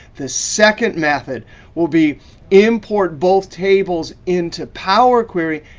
the second method we'll be import both tables into power query.